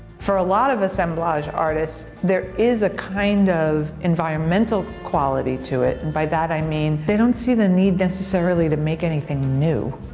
for a lot assemblage artists, there is a kind of environmental quality to it. and by that i mean, they don't see the need necessarily to make anything new.